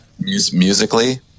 Musically